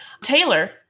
taylor